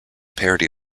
parody